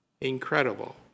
incredible